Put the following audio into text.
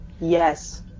Yes